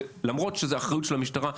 ולמרות שזו אחריות של המשטרה,